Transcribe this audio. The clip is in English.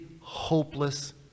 hopeless